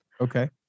okay